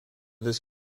this